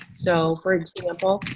so for example,